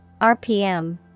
RPM